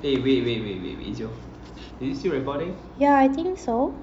yeah I think so